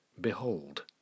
behold